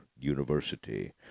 University